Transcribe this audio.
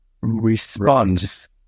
response